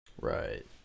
right